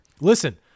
Listen